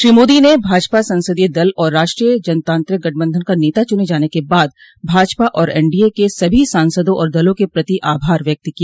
श्री मोदी ने भाजपा संसदीय दल और राष्ट्रीय जनतांत्रिक गठबंधन का नेता चुने जाने के बाद भाजपा और एनडीए के सभी सांसदों और दलों के प्रति आभार व्यक्त किया